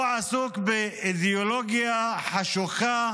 הוא עסוק באידיאולוגיה חשוכה